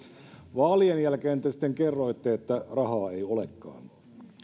vaalien jälkeen te sitten kerroitte että rahaa ei olekaan